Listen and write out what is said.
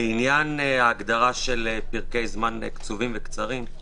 לעניין ההגדרה של פרקי זמן קצובים וקצרים,